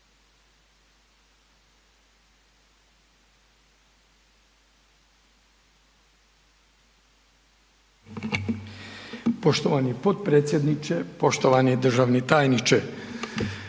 poštovani potpredsjedniče, poštovani državni tajniče